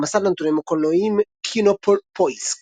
במסד הנתונים הקולנועיים KinoPoisk